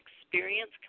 experience